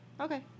Okay